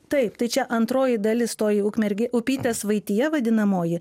taip tai čia antroji dalis toj ukmergės upytės vaitija vadinamoji